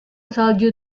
salju